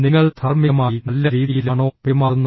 നിങ്ങൾ ധാർമികമായി നല്ല രീതിയിലാണോ പെരുമാറുന്നത്